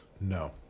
No